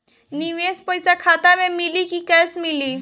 निवेश पइसा खाता में मिली कि कैश मिली?